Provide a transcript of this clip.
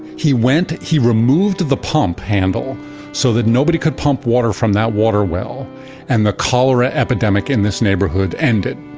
he went, he removed the pump handle so that nobody could pump water from that water well and the cholera epidemic in this neighborhood ended